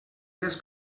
més